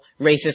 racist